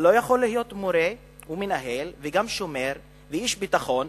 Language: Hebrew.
לא יכולים להיות מורה או מנהל וגם שומר ואיש ביטחון.